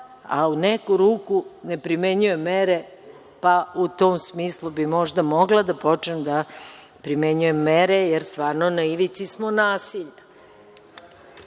a u neku ruku ne primenjujem mere, pa u tom smislu bi možda mogla da počnem da primenjujem mere, jer stvarno na ivici smo nasilja.